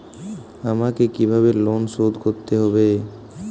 আমাকে কিভাবে লোন শোধ করতে হবে?